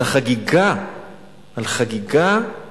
על חגיגה של